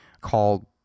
called